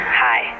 hi